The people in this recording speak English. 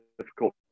difficult